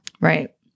Right